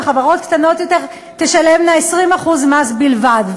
וחברות קטנות יותר תשלמנה 20% מס בלבד.